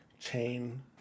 chain